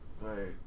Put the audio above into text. Right